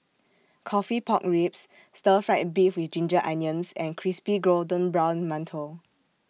Coffee Pork Ribs Stir Fried Beef with Ginger Onions and Crispy Golden Brown mantou